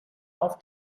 auf